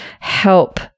help